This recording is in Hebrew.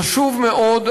חשוב מאוד,